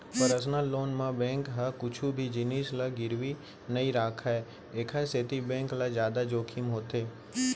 personal loan म bank ह कुछु भी जिनिस ल गिरवी नइ राखय एखर सेती बेंक ल जादा जोखिम होथे